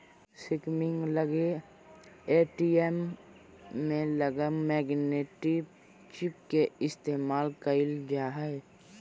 skimming लगी ATM में लगल मैग्नेटिक चिप के इस्तेमाल कइल जा हइ